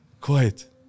quiet